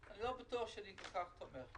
אני לא בטוח שאני כל כך תומך.